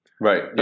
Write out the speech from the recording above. Right